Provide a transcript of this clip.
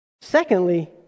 Secondly